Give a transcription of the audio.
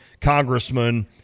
congressman